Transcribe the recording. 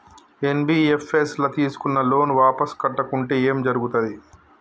NBFS ల తీస్కున్న loan వాపస్ కట్టకుంటే ఏం జర్గుతది?